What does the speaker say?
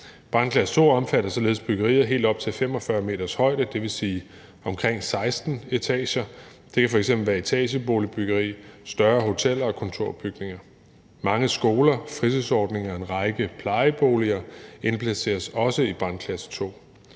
Brandklasse 2 omfatter således byggerier helt op til 45 meters højde, dvs. omkring 16 etager. Det kan f.eks. være etageboligbyggeri, større hoteller og kontorbygninger. Mange skoler, fritidsordninger og en række plejeboliger indplaceres også i brandklasse 2.